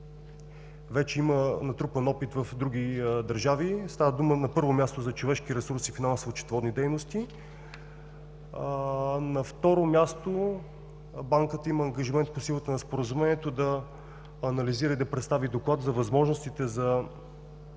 вече има натрупан опит в други държави. Става дума, на първо място, за човешки ресурс и финансово-счетоводни дейности. На второ място, Банката има ангажимента по силата на Споразумението да анализира и да представи доклад за възможностите за